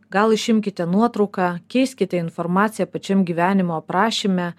gal išimkite nuotrauką keiskite informaciją pačiam gyvenimo aprašyme